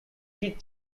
kit